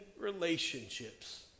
relationships